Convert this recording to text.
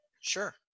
Sure